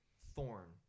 thorn